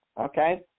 okay